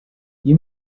you